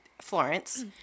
Florence